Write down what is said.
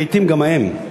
לעתים גם האם,